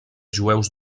jueus